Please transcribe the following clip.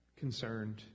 Concerned